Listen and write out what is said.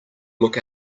look